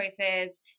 choices